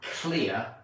clear